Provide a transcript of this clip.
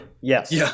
Yes